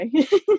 okay